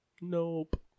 Nope